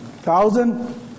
Thousand